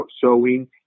showing